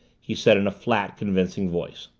he said in a flat, convincing voice.